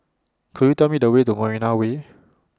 Could YOU Tell Me The Way to Marina Way